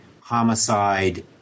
homicide